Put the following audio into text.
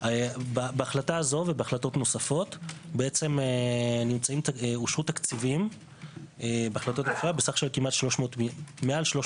בהחלטה הזו ובהחלטות ממשלה נוספות אושרו תקציבים בסך של מעל 300